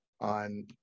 On